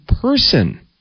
person